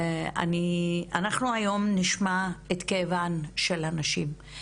אנחנו היום נשמע את כאבן של הנשים,